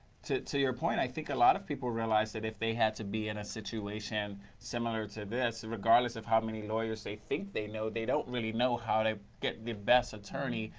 to to your point, i think a lot of people realized that they had to be in a situation similar to this, regardless of how many lawyers they think they know, they don't really know how to get the best attorney.